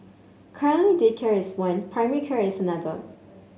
currently daycare is one primary care is another